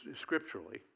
scripturally